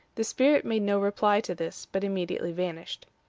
the spirit made no reply to this, but immediately vanished.